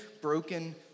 broken